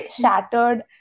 shattered